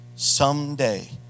someday